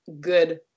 good